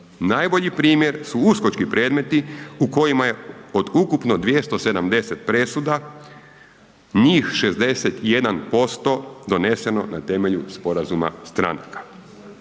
Najbolji primjer su uskočki predmeti u kojima je od ukupno 270 presuda njih 61% doneseno na temelju sporazuma stranaka.